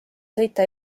sõita